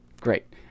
Great